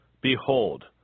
Behold